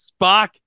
Spock